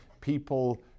People